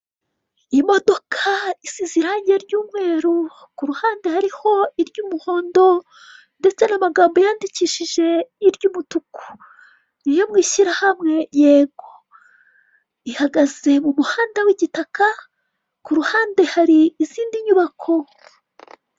Imodoka isize irangi ry'umweru. ku ruhande hariho iry'umuhondo, ndetse n'amagambo yandikishije iry'umutuku. Yo mu ishyirahamwe yego. Ihagaze mu muhanda w'igitaka, ku ruhande hari izindi nyubako.